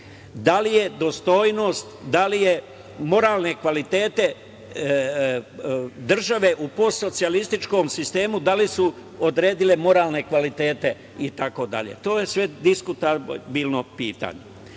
da li je dostojnost, da li moderne kvalitete države u postsocijalističkom sistemu, da li su odredile moralne kvalitete itd? To je sve diskutabilno pitanje. Ali,